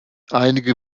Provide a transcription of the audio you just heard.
einige